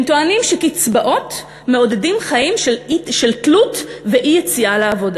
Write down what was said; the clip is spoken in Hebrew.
הם טוענים שקצבאות מעודדות חיים של תלות ואי-יציאה לעבודה.